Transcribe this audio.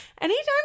Anytime